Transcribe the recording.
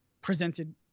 presented